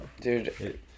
dude